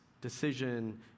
decision